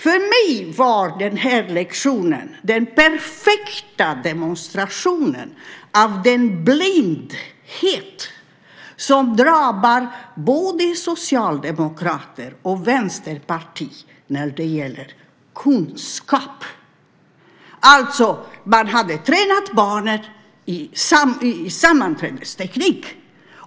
För mig var den här lektionen den perfekta demonstrationen av den blindhet som drabbar både socialdemokrater och vänsterpartister när det gäller kunskaper. Man hade alltså tränat barnen i sammanträdesteknik.